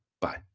Bye